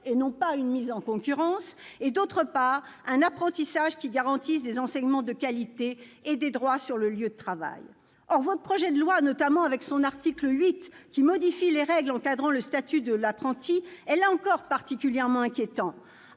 et non pas une mise en concurrence, et, d'autre part, la garantie d'enseignements de qualité et de droits sur le lieu de travail. Or votre projet de loi, notamment avec son article 8, qui modifie les règles encadrant le statut de l'apprenti, est là aussi particulièrement inquiétant